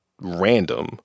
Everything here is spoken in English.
random